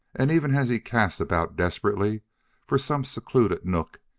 and, even as he cast about desperately for some secluded nook,